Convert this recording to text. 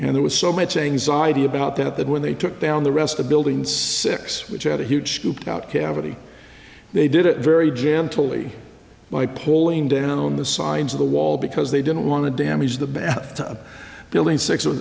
and there was so much anxiety about that that when they took down the rest a building six which had a huge scooped out cavity they did it very jammed totally by pulling down on the signs of the wall because they didn't want to damage the back to a building six or